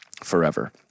forever